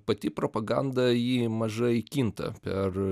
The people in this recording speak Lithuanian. pati propaganda ji mažai kinta per